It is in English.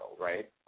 right